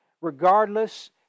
regardless